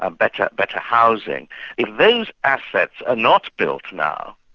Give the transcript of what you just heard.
ah better better housing if those assets are not built now,